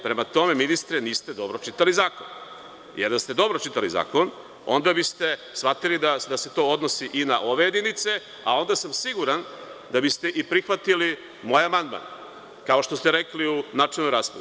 Prema tome, ministre, niste dobro čitali zakon, jer da ste dobro čitali zakon, onda biste shvatili da se to odnosi i na ove jedinice, a onda sam siguran da biste prihvatili ovaj amandman, kao što ste rekli u načelnoj raspravi.